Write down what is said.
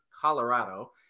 Colorado